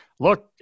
Look